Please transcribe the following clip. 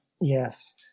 yes